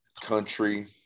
country